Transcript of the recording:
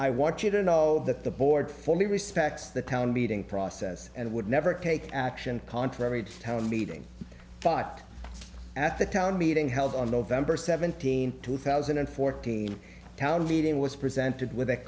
i watch it and all that the board for me respects the town meeting process and would never take action contrary to how a meeting thought at the town meeting held on november seventeenth two thousand and fourteen town meeting was presented with